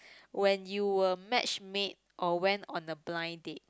when you were match made or went on a blind date